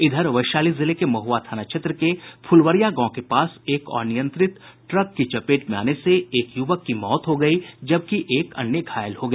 इधर वैशाली जिले के महुआ थाना क्षेत्र के फुलवरिया गांव के पास एक अनियंत्रित ट्रक की चपेट में आने से एक यूवक की मौत हो गयी जबकि एक अन्य घायल हो गया